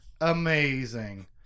amazing